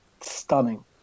stunning